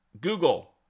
Google